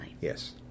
Yes